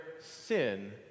sin